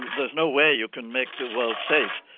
there's no way you can make the world safe.